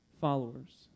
followers